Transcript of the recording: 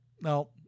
no